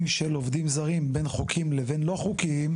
של עובדים זרים בין חוקיים לבין לא חוקיים,